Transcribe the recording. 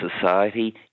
society